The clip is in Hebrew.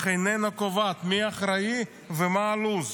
אך איננה קובעת מי אחראי ומה הלו"ז.